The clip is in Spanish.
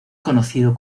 conocido